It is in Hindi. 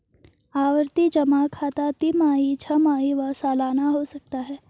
आवर्ती जमा खाता तिमाही, छमाही व सलाना हो सकता है